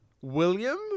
William